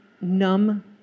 numb